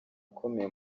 akomeye